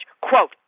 quote